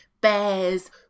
bears